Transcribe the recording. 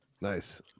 nice